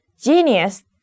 genius